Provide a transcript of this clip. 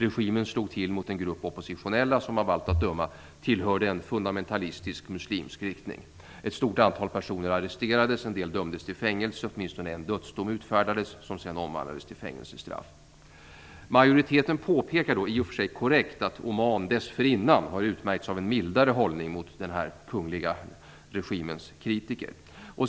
Regimen slog till mot en grupp oppositionella som av allt att döma tillhörde en fundamentalistisk muslimsk riktning. Ett stort antal personer arresterades, och en del dömdes till fängelse. Åtminstone en dödsdom utfärdades, som sedan omvandlades till fängelsestraff. Majoriteten påpekar i och för sig korrekt att regimen i Oman dessförinnan har utmärkts av en mildare hållning gentemot den kungliga regimens kritiker.